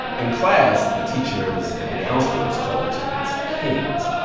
in class, the teachers and the counselors call their students kings.